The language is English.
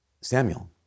Samuel